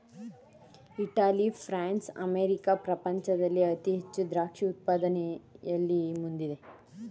Italy, France, America ಪ್ರಪಂಚದಲ್ಲಿ ಅತಿ ಹೆಚ್ಚು ದ್ರಾಕ್ಷಿ ಉತ್ಪಾದನೆಯಲ್ಲಿ ಮುಂದಿದೆ